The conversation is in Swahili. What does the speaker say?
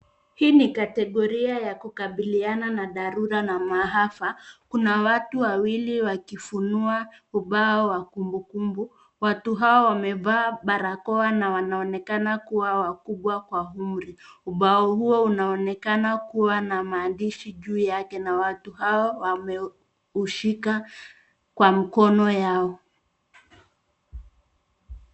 Hii ni kategoria ya kukabiliana na dharurua na maafa. Kuna watu wawili wakifunua ubao wa kumbukumbu. Watu hao wamevaa barakoa na wanaonekana kuwa wakubwa kwa umri. Ubao huo unaonekana kuwa na maandishi juu yake na watu hao wameushika kwa mkono yao.